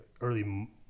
early